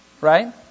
Right